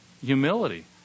humility